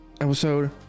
episode